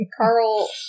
Carl